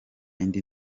indi